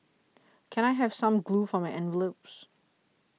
can I have some glue for my envelopes